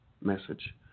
message